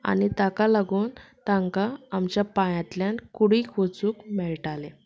आनी ताका लागून तांकां आमच्या पांयांतल्यान कुडींत वचूंक मेळटालें